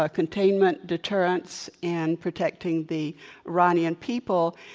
ah containment, deterrents, and protecting the iranian people.